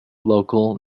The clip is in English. local